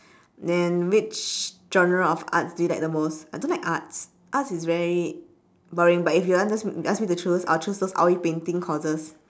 then which genre of art do you like the most I don't like arts arts is very boring but if you ask if you ask me to choose I'll choose those oil painting courses